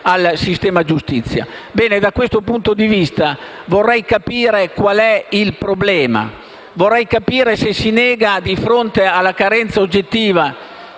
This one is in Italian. Bene, da questo punto di vista vorrei capire qual è il problema. Vorrei capire se si nega, di fronte alla carenza oggettiva